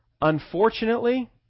Unfortunately